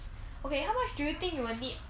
okay how much do you think you will need